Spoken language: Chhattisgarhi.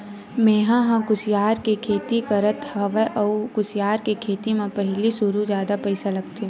मेंहा ह कुसियार के खेती करत हँव अउ कुसियार के खेती म पहिली सुरु जादा पइसा लगथे